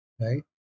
right